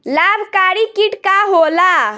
लाभकारी कीट का होला?